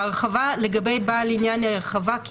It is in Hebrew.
ההרחבה לגבי בעל עניין היא הרחבה,